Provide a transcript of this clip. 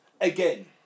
Again